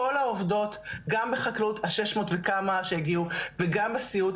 כל העובדות גם בחקלאות ה-600 וכמה שהגיעו וגם בסיעוד,